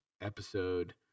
episode